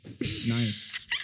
Nice